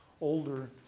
older